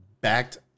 backed